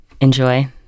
enjoy